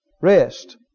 Rest